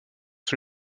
sur